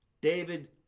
David